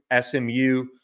SMU